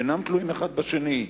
שאינם תלויים אחד בשני.